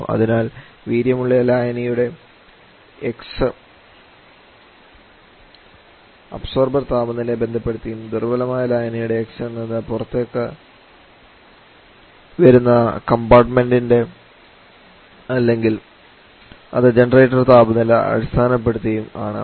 അതിനാൽ വീര്യമുള്ള ലായനിയുടെ x അബ്സോർബർ താപനിലയെ ബന്ധപ്പെടുത്തിയും ദുർബലമായ ലായനിയുടെ x എന്നത് പുറത്തേക്കുവരുന്ന കമ്പാർട്ട്മെൻറ്ൻറ അല്ലെങ്കിൽ അത് ജനറേറ്റർ താപനില അടിസ്ഥാനപ്പെടുത്തിയും ആണ്